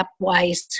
stepwise